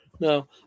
No